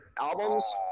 albums